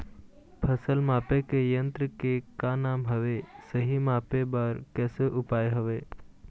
फसल मापे के यन्त्र के का नाम हवे, सही मापे बार कैसे उपाय हवे?